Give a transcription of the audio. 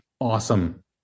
awesome